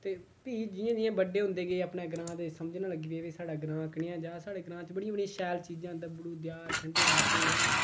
ते फ्ही जि'यां जि'यां बड्डे होंदे गे अपने ग्रांऽ दे समझन लग्गी पे कि भाई साढ़े ग्रांऽ कनेहा जेहा साढ़े ग्रांऽ च बड़ियां बड़ियां शैल चीजां दब्बड़ू देयार ठंडे बूह्टे ऐं